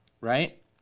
right